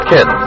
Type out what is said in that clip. Kid